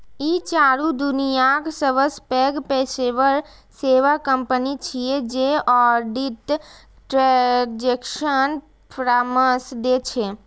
ई चारू दुनियाक सबसं पैघ पेशेवर सेवा कंपनी छियै जे ऑडिट, ट्रांजेक्शन परामर्श दै छै